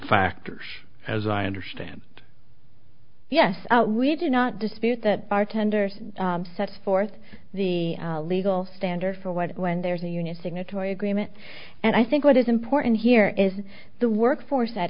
factors as i understand it yes we do not dispute that bartenders set forth the legal standard for what when there's a union signatory agreement and i think what is important here is the workforce at